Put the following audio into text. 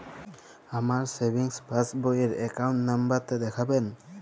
আমার সেভিংস পাসবই র অ্যাকাউন্ট নাম্বার টা দেখাবেন?